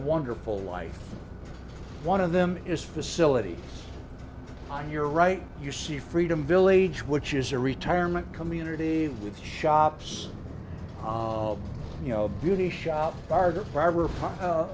wonderful life one of them is facility on your right you see freedom village which is a retirement community with shops you know a beauty shop bar